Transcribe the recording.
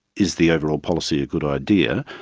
is the overall policy a good idea?